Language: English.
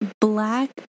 black